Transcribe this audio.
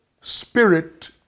spirit